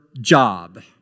job